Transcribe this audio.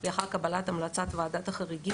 ולא נקב בהודעתו מועד סיום מוקדם יותר